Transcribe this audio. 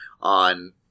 on